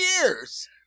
years